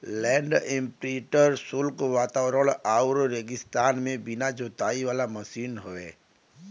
land imprinter शुष्क वातावरण आउर रेगिस्तान में बिना जोताई वाला मशीन हौ